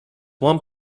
one